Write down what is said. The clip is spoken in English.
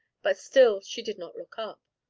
but still she did not look up.